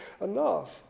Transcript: enough